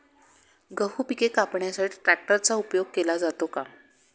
गहू पिके कापण्यासाठी ट्रॅक्टरचा उपयोग केला जातो का?